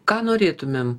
ką norėtumėm